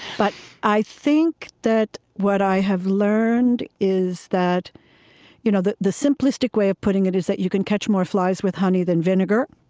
but i think that what i have learned is that you know that the simplistic way of putting it is that you can catch more flies with honey than vinegar.